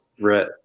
Right